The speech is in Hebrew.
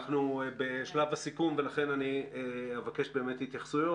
אנחנו בשלב הסיכום ולכן אני אבקש התייחסויות,